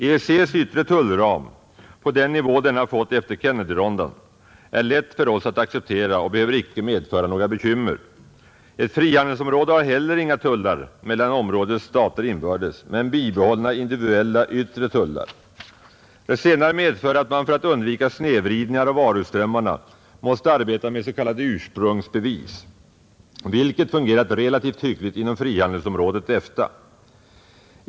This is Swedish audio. EEC:s yttre tullram på den nivå denna fått efter Kennedyronden är lätt för oss att acceptera och behöver inte medföra några bekymmer. Ett frihandelsområde har heller inga tullar mellan områdets stater inbördes, men bibehållna individuella yttre tullar. Det senare medför att man för att undvika snedvridningar av varuströmmarna måste arbeta med s.k. ursprungsbevis, vilket fungerat relativt hyggligt inom frihandelsområdet EFTA.